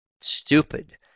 stupid